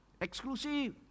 Exclusive